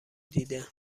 دیده